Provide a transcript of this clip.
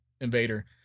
invader